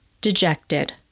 dejected